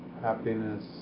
happiness